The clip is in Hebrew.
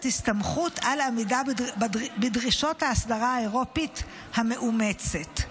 הסתמכות על העמידה בדרישות האסדרה האירופית המאומצת.